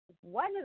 one